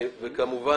וכמובן,